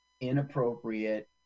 inappropriate